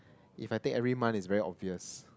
if I take every month it's very obvious